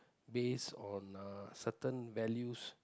based on uh certain values